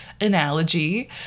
analogy